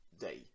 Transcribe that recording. day